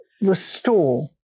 restore